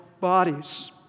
bodies